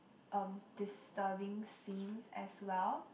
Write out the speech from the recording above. um disturbing scenes as well